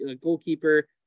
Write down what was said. goalkeeper